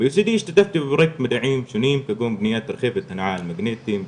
השתתפתי במדעים שונים כגון בניית רכב הנע על מגנטים,